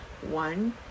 one